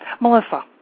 Melissa